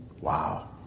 Wow